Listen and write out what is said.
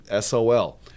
SOL